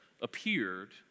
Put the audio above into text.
appeared